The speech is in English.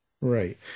Right